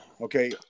okay